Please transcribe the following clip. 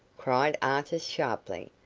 cried artis, sharply.